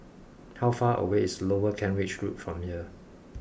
how far away is Lower Kent Ridge Road from here